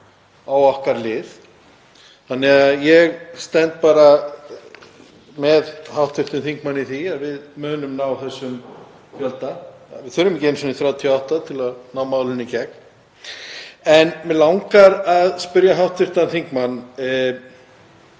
í okkar lið þannig að ég stend bara með hv. þingmanni í því að við munum ná þessum fjölda. Við þurfum ekki einu sinni 38 til að ná málinu í gegn. En mig langar að spyrja hv. þingmann